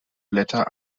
blätter